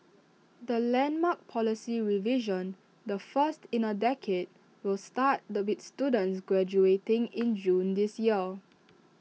the landmark policy revision the first in A decade will start the with students graduating in June this year